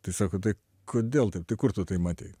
tai sako tai kodėl taip tai kur tu tai matei